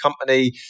company